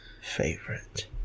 favorite